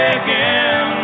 again